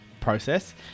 process